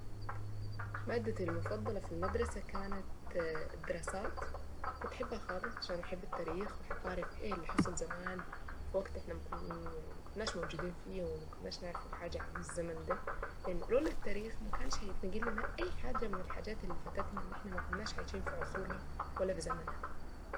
مادتي المفضلة في المدرسة كانت الدراسات كنت احبها خالص عشان احب التاريخ واحب اعرف ايه اللي حصل زمان في وقت احنا ما كناش موجودين فيه وما كناش نعرفه حاجة عن الزمن ده لان لولا التاريخ ما كانش هيتنقل لنا اي حاجة من الحاجات اللي فاتتنا اللي احنا ما كناش عايشين في عصورها ولا في زمنها.